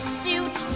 suit